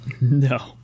No